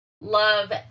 Love